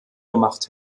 gemacht